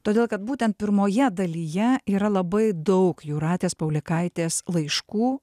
todėl kad būtent pirmoje dalyje yra labai daug jūratės paulėkaitės laiškų